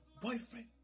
boyfriend